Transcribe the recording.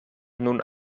nun